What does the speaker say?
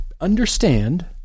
understand